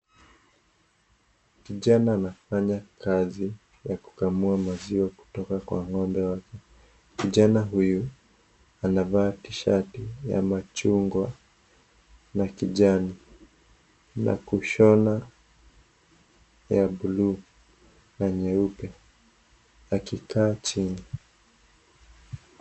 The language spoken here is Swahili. Kijana anafanya kazi ya kukamua maziwa kutoka kwa ng'ombe. Kijana huyu anavaa tishati ya machungwa na kijani na kushona ya bluu na nyeupe akikaa chini.